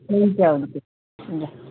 हुन्छ हुन्छ ल